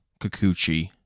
Kikuchi